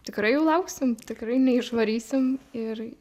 tikrai jų lauksim tikrai neišvarysim ir